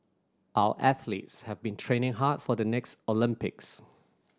our athletes have been training hard for the next Olympics